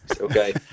okay